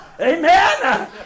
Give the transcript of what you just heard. Amen